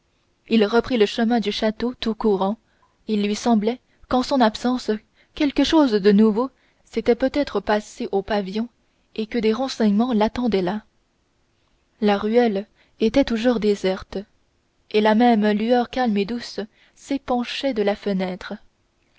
il reprit le chemin du château tout courant il lui semblait qu'en son absence quelque chose de nouveau s'était peut-être passé au pavillon et que des renseignements l'attendaient là la ruelle était toujours déserte et la même lueur calme et douce s'épanchait de la fenêtre